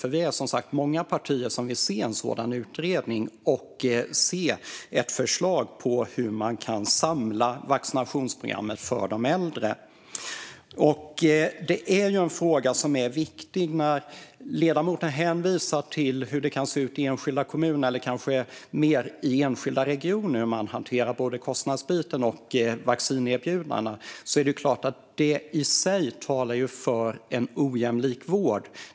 Det är som sagt många partier som vill se en sådan utredning och som vill se ett förslag på hur man kan få ett samlat vaccinationsprogram för de äldre. Det är en fråga som är viktig. Ledamoten hänvisar till hur det kan se ut i enskilda kommuner - eller det är kanske mer i enskilda regioner - när det gäller hur man hanterar både kostnadsbiten och vaccinerbjudandena. Det är klart att detta i sig talar för en ojämlik vård.